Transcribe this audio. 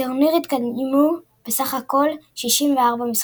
בטורניר התקיימו בסך הכל 64 משחקים.